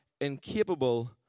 incapable